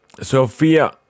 Sophia